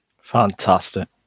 Fantastic